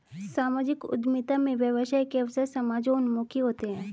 सामाजिक उद्यमिता में व्यवसाय के अवसर समाजोन्मुखी होते हैं